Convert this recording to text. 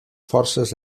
forces